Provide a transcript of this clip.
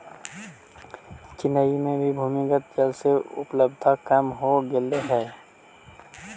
चेन्नई में भी भूमिगत जल के उपलब्धता कम हो गेले हई